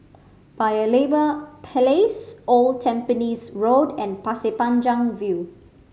Paya Lebar Place Old Tampines Road and Pasir Panjang View